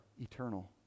eternal